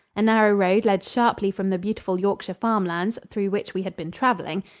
a narrow road led sharply from the beautiful yorkshire farm lands, through which we had been traveling,